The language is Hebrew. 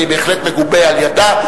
אני בהחלט מגובה על-ידה,